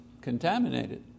contaminated